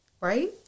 Right